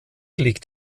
liegt